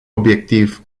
obiectiv